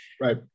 right